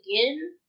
again